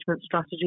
strategy